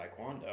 taekwondo